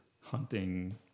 hunting